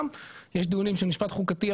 גם שם יש דיונים של משפט חוקתי,